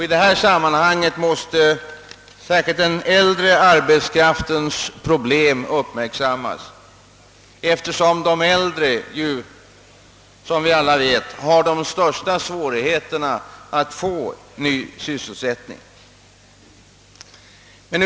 I detta sammanhang måste särskilt den äldre arbetskraftens problem uppmärksammas, eftersom de äldre — som vi alla vet — har de största svårigheterna att få nya arbeten.